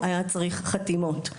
חתימות.